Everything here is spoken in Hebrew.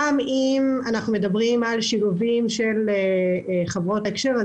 גם אם אנחנו מדברים על שילובים של חברות הקשר,